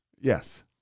Yes